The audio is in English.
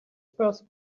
first